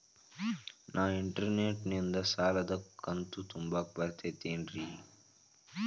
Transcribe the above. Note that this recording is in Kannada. ನಾ ಇಂಟರ್ನೆಟ್ ನಿಂದ ಸಾಲದ ಕಂತು ತುಂಬಾಕ್ ಬರತೈತೇನ್ರೇ?